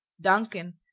Duncan